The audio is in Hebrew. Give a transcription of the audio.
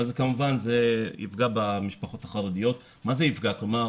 אז כמובן זה יפגע במשפחות החרדיות כלומר,